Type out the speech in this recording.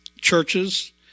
churches